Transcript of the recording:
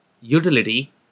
utility